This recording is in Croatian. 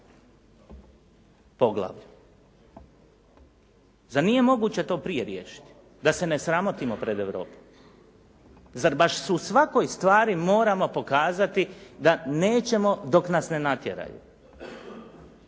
poglavlju? Zar nije moguće to prije riješiti da se ne sramotimo pred Europom? Zar baš u svakoj stvari moramo pokazati da nećemo dok nas ne natjeraju?